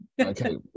okay